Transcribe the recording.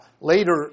later